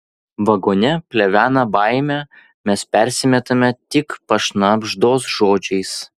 vagone plevena baimė mes persimetame tik pašnabždos žodžiais